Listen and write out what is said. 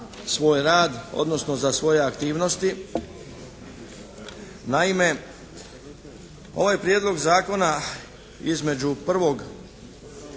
svoj rad odnosno za svoje aktivnosti. Naime, ovaj prijedlog zakona između prvog